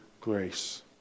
grace